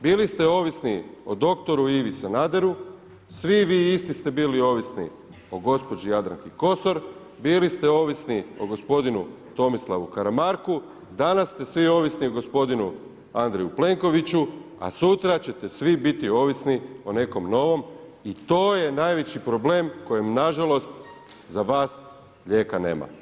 Bili ste ovisni o dr. Ivi Sanaderu, svi vi isti ste bili ovisni o gospođi Jadranki Kosor, bili ste ovisni o gospodinu Tomislavu Karamarku, danas ste svi ovisni o gospodinu Andreju Plenkoviću a sutra ćete svi biti ovisni o nekom novom i to je najveći problem kojem nažalost za vas lijeka nema.